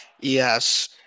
Yes